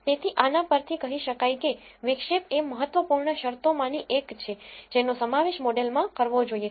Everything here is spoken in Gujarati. તેથી આના પર થી કહી શકાય કે વિક્ષેપ એ મહત્વપૂર્ણ શરતોમાંની એક છે જેનો સમાવેશ મોડેલમાં કરવો જોઇએ